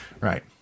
Right